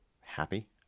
happy